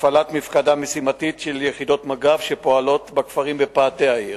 הפעלת מפקדה משימתית של יחידות מג"ב שפועלות בכפרים שבפאתי העיר.